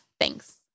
Thanks